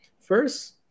First